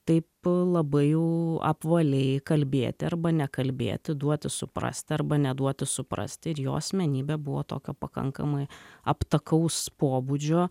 taip labai jau apvaliai kalbėti arba nekalbėti duoti suprasti arba neduoti suprasti ir jo asmenybė buvo tokio pakankamai aptakaus pobūdžio